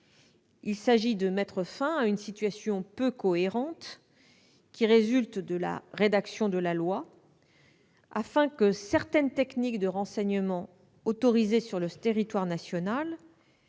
Il s'agit de mettre fin à une situation peu cohérente résultant de la rédaction de la loi, afin que certaines techniques de renseignement autorisées sur le territoire national puissent